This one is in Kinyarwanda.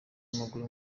w’amaguru